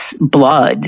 blood